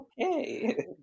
okay